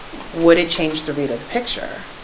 would it change the read of the picture?